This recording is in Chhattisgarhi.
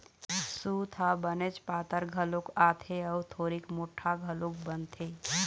सूत ह बनेच पातर घलोक आथे अउ थोरिक मोठ्ठा घलोक बनथे